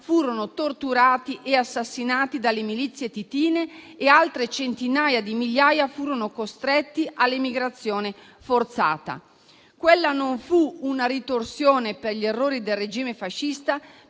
furono torturati e assassinati dalle milizie titine e dove altre centinaia di migliaia furono costretti all'emigrazione forzata. Quella non fu una ritorsione per gli errori del regime fascista,